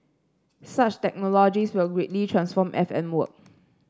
such technologies will greatly transform F M work